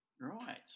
Right